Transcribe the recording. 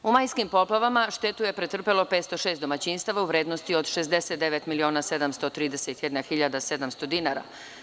U majskim poplavama štetu je pretrpelo 506 domaćinstava u vrednosti od 69.731.700 dinara.